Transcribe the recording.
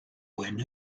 wynn